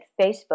Facebook